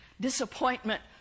Disappointment